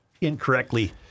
incorrectly